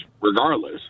regardless